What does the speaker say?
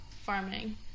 farming